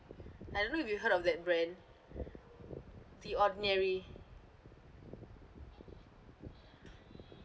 I don't know if you heard of that brand the ordinary